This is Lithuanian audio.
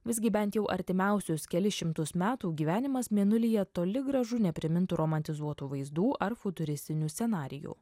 visgi bent jau artimiausius kelis šimtus metų gyvenimas mėnulyje toli gražu neprimintų romantizuotų vaizdų ar futuristinių scenarijų